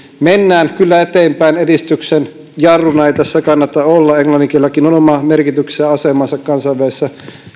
mennään kyllä eteenpäin edistyksen jarruna ei tässä kannata olla englannin kielelläkin on oma merkityksensä ja asemansa kansainvälisessä